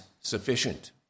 sufficient